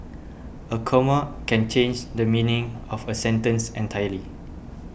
a comma can change the meaning of a sentence entirely